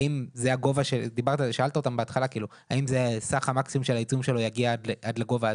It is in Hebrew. האם - שאלת אותם קודם - זה סך המקסימום שהעיצום שלו יגיע עד לגובה הזה?